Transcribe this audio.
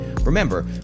Remember